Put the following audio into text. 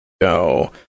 Go